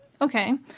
Okay